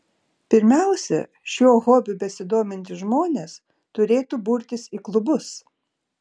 pirmiausia šiuo hobiu besidomintys žmonės turėtų burtis į klubus